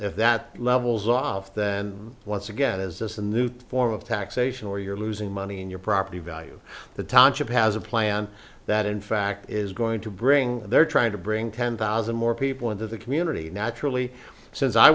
if that levels off then once again is this a new form of taxation where you're losing money in your property value the township has a plan that in fact is going to bring they're trying to bring ten thousand more people into the community naturally since i